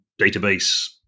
database